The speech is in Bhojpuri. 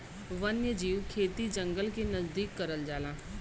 वन्यजीव खेती जंगल के नजदीक करल जाला